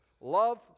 love